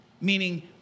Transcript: Meaning